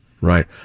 right